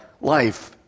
life